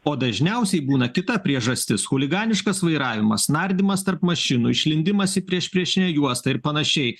o dažniausiai būna kita priežastis chuliganiškas vairavimas nardymas tarp mašinų išlindimas į priešpriešinę juostą ir panašiai